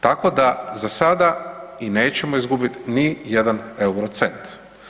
Tako da zasada i nećemo izgubit nijedan euro cent.